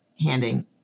handing